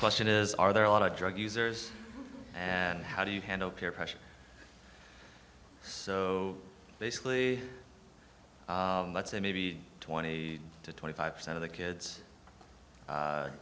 question is are there a lot of drug users and how do you handle peer pressure basically let's say maybe twenty to twenty five percent of the kids a